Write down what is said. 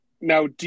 Now